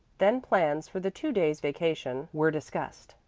then plans for the two days' vacation were discussed,